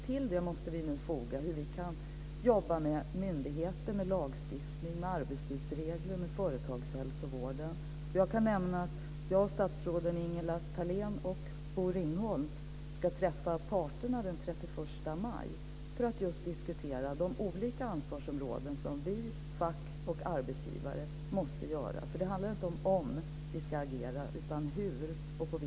Till det måste vi nu foga hur vi kan jobba med myndigheter, med lagstiftning, med arbetstidsregler och med företagshälsovården. Jag kan nämna att jag och statsråden Ingela Thalén och Bosse Ringholm ska träffa parterna den 31 maj för att diskutera de olika områden som vi, fack och arbetsgivare måste ta ansvar för. Det handlar inte om ifall vi ska agera, utan hur.